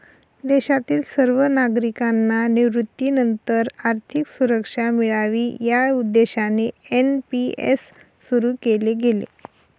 देशातील सर्व नागरिकांना निवृत्तीनंतर आर्थिक सुरक्षा मिळावी या उद्देशाने एन.पी.एस सुरु केले गेले